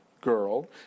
girl